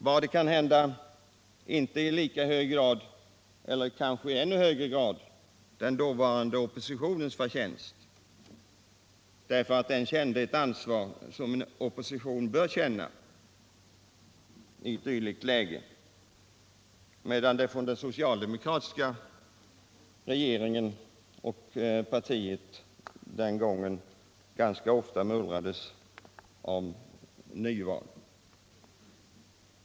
Var det kanhända inte i stället så att den dåvarande oppositionen kände ett ansvar, som en opposition bör känna i ett dylikt läge, medan det från den socialdemokratiska sidan den gången ofta mullrades om nyval?